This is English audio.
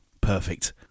Perfect